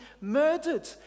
murdered